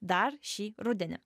dar šį rudenį